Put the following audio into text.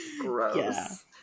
Gross